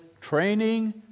training